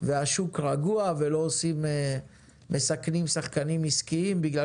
והשוק רגוע ולא מסכנים שחקנים עסקיים בגלל